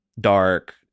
dark